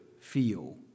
feel